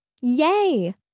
yay